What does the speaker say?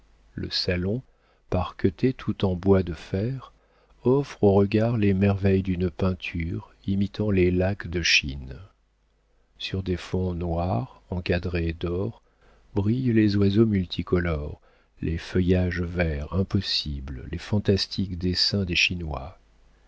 le salon parqueté tout en bois de fer offre aux regards les merveilles d'une peinture imitant les laques de chine sur des fonds noirs encadrés d'or brillent les oiseaux multicolores les feuillages verts impossibles les fantastiques